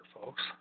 folks